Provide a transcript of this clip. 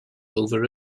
over